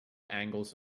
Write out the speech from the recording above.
angles